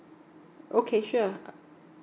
okay sure uh